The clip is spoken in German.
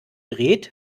dreht